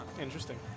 Interesting